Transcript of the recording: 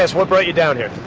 what brought you down here?